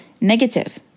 negative